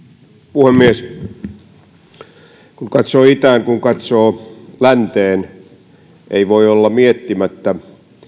puhemies kun katsoo itään kun katsoo länteen ei voi olla miettimättä